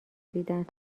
دیدن